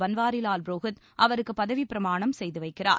பன்வாரிவால் புரோஹித் அவருக்கு பதவிப்பிரமாணம் செய்து வைக்கிறார்